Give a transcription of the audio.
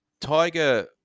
Tiger